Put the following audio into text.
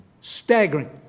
Staggering